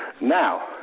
Now